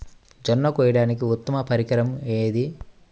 జొన్న కోయడానికి ఉత్తమ పరికరం ఏది?